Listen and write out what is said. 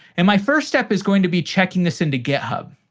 and my first step is going to be checking this into github.